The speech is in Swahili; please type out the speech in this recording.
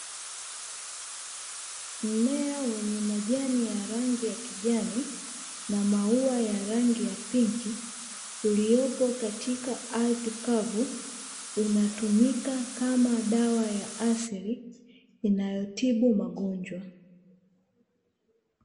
Mmea wenye majani ya rangi ya kijani na maua ya rangi ya pinki uliopo katika ardhi kavu, unatumika kama dawa ya asili inayotibu magonjwa.